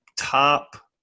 top